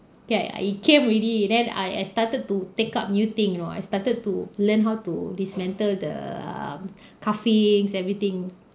ya it came already then I I started to take up new thing you know I started to learn how to dismantle the um cufflinks everything